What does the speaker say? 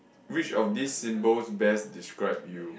which of this symbols best describe you